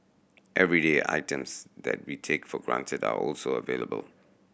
everyday items that we take for granted are also available